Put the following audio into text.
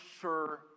sure